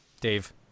dave